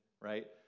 right